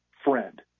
friend